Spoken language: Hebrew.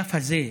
באגף הזה,